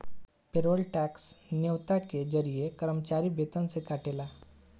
payroll tax न्योता के जरिए कर्मचारी वेतन से कटेला